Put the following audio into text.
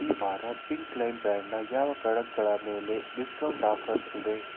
ಈ ವಾರ pink line ಬ್ರ್ಯಾಂಡ್ನ ಯಾವ ಪ್ರಾಡಕ್ಟ್ಗಳ ಮೇಲೆ ಡಿಸ್ಕೌಂಟ್ ಆಫರ್ಸ್ ಇದೆ